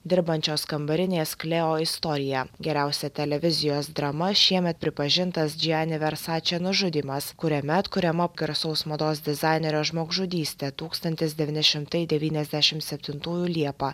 dirbančios kambarinės klėo istorija geriausia televizijos drama šiemet pripažintas džiani versčė nužudymas kuriame atkuriama garsaus mados dizainerio žmogžudystė tūkstantis devyni šimtai devyniasdešim septintųjų liepą